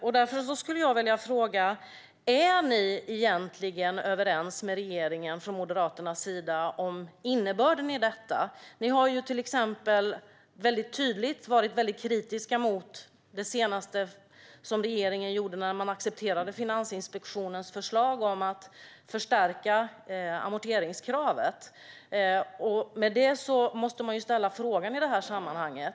Jag skulle därför vilja fråga: Är ni egentligen från Moderaternas sida överens med regeringen om innebörden i detta? Ni har ju till exempel väldigt tydligt varit kritiska mot det senaste som regeringen gjorde när den accepterade Finansinspektionens förslag om att förstärka amorteringskravet. Därmed måste man ställa frågan i detta sammanhang.